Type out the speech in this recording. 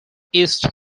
east